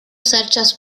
serĉas